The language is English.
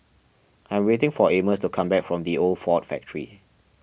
I am waiting for Amos to come back from the Old Ford Factor